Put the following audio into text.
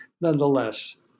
nonetheless